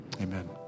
Amen